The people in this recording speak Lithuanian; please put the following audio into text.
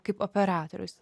kaip operatorius